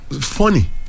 funny